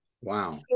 Wow